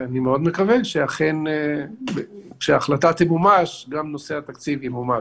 ואני מאוד מקווה שאכן כשההחלטה תמומש גם נושא התקציב ימומש.